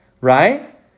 right